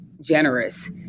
generous